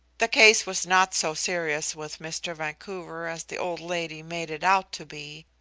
the case was not so serious with mr. vancouver as the old lady made it out to be.